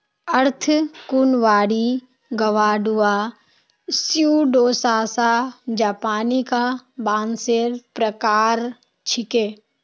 अर्धकुंवारी Guadua Pseudosasa japonica बांसेर प्रकार छिके